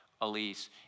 Elise